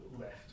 left